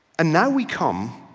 and now we come